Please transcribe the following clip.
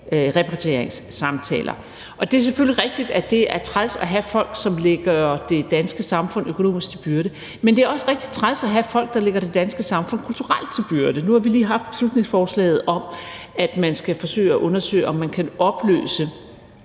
repatrieringssamtaler, og det er selvfølgelig rigtigt, at det er træls at have folk, som ligger det danske samfund økonomisk til byrde, men det er også rigtig træls at have folk, der ligger det danske samfund kulturelt til byrde. Nu har vi lige haft beslutningsforslaget om, at man skal forsøge at undersøge, om man kan opløse